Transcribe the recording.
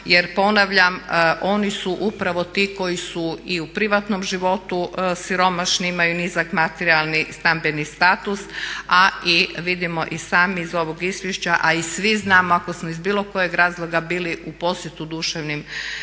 Jer ponavljam, oni su upravo ti koji su i u privatnom životu siromašni, imaju nizak materijalni, stambeni status a i vidimo i sami iz ovog izvješća a i svi znamo ako smo iz bilo kojeg razloga bili u posjetu duševnim,